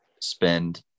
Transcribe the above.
spend